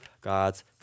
God's